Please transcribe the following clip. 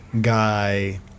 guy